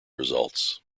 results